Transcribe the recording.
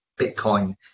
Bitcoin